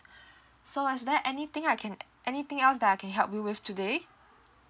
so is there anything I can anything else that I can help you with today